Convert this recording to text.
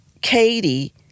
Katie